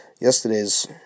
Yesterday's